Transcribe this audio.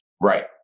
Right